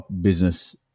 business